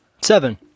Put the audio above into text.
Seven